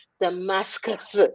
Damascus